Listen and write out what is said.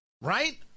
Right